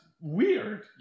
weird